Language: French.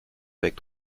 avec